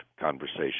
conversation